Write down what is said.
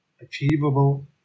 achievable